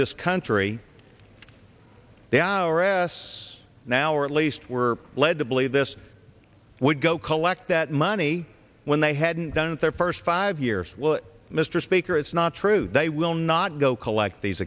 this country they are our ass now or at least we're led to believe this would go collect that money when they hadn't done it their first five years mr speaker it's not true they will not go collect these